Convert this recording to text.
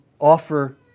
offer